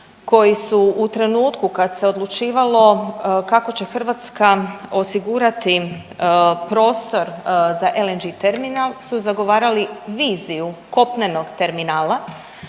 koji su u trenutku kad se odlučivalo kako će Hrvatska osigurati prostor za LNG terminal su zagovarali viziju kopnenog terminala